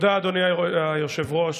אדוני היושב-ראש,